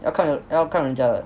要看人要看人家的